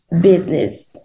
business